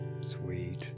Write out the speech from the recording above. Sweet